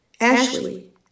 Ashley